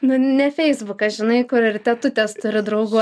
nu ne feisbukas žinai kur ir tetutės turi draugų